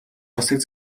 засаг